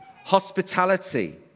hospitality